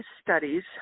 studies